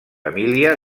emília